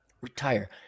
retire